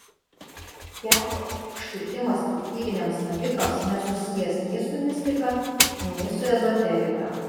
kelio užkirtimas piktybiniams navikams nesusijęs nei su mistika nei su ezoterika